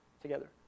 together